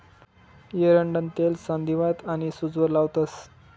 एरंडनं तेल संधीवात आनी सूजवर लावतंस